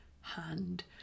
hand